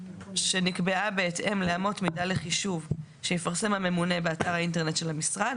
שנקבעה בהתאם לאמות מידה לחישוב שיפרסם הממונה באתר האינטרנט של המשרד.